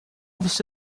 você